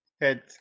head